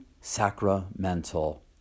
sacramental